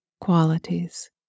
qualities